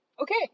Okay